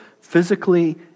physically